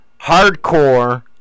hardcore